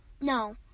No